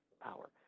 power